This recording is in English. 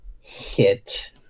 hit